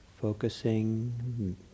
focusing